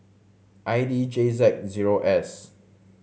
I D J Z zero S